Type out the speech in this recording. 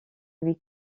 lui